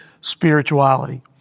spirituality